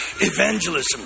evangelism